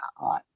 on